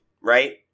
right